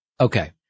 Okay